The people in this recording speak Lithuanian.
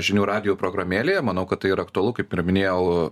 žinių radijo programėlėje manau kad tai yra aktualu kaip ir minėjau